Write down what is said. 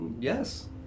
Yes